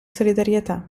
solidarietà